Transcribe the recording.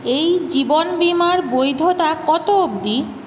এই জীবন বিমার বৈধতা কত অবধি